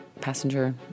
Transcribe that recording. passenger